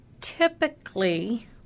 typically